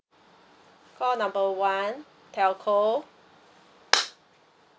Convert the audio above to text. call number one telco